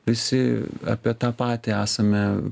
visi apie tą patį esame